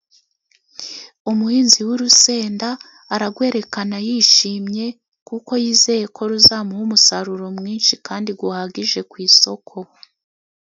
Umuhinzi w'urusenda aragwerekana yishimye, kuko yizeye ko ruzamuha umusaruro mwinshi kandi guhagije ku isoko.